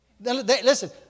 listen